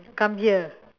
come here